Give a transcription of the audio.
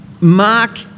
Mark